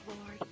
Lord